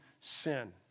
sin